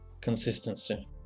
Consistency